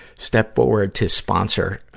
stepped forward to sponsor, ah,